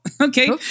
okay